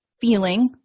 feeling